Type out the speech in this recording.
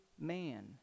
man